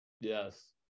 Yes